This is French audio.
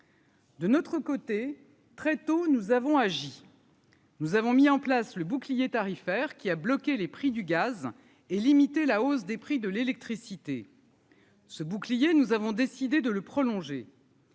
De notre côté, très tôt, nous avons agi, nous avons mis en place le bouclier tarifaire qui a bloqué les prix du gaz et limiter la hausse des prix de l'électricité. Et. Ce bouclier, nous avons décidé de le prolonger.